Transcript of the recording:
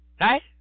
right